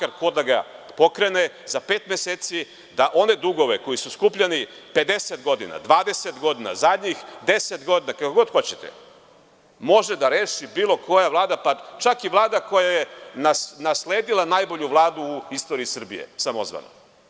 Bilo ko da ga pokrene, da li može za pet meseci da one dugove koji su skupljani 50 godina, 20 godina, zadnjih 10 godina, kako god hoćete, da reši bilo koja vlada, čak i vlada koja je nasledila najbolju vladu u istoriji Srbije, samozvanu?